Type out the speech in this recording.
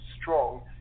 strong